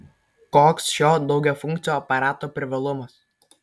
koks šio daugiafunkcio aparato privalumas